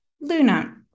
luna